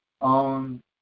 on